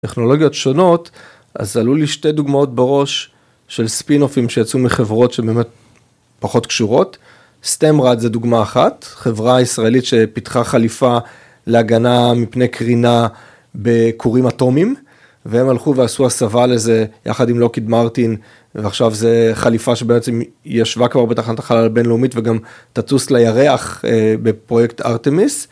טכנולוגיות שונות, אז עלו לי שתי דוגמאות בראש של ספין-אופים שיצאו מחברות שבאמת פחות קשורות. סטמרד זה דוגמה אחת, חברה ישראלית שפיתחה חליפה להגנה מפני קרינה בכורים אטומים, והם הלכו ועשו הסבה לזה יחד עם לוקהיד מרטין, ועכשיו זה חליפה שבעצם ישבה כבר בתחנת החלל הבינלאומית וגם טטוס לירח בפרויקט ארתמיס.